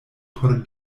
por